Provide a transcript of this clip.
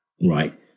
right